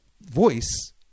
voice